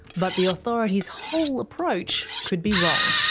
but the authority's whole approach could be wrong.